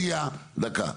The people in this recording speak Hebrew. דקה.